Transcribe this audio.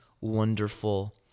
wonderful